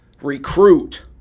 recruit